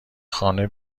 خانه